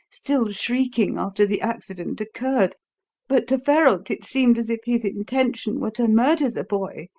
still shrieking after the accident occurred but to ferralt it seemed as if his intention were to murder the boy,